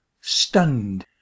stunned